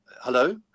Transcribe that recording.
hello